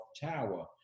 Tower